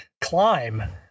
climb